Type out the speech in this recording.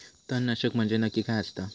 तणनाशक म्हंजे नक्की काय असता?